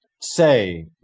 say